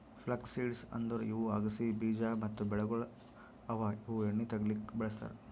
flux seeds ಅಂದುರ್ ಇವು ಅಗಸಿ ಬೀಜ ಮತ್ತ ಬೆಳೆಗೊಳ್ ಅವಾ ಇವು ಎಣ್ಣಿ ತೆಗಿಲುಕ್ ಬಳ್ಸತಾರ್